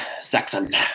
Saxon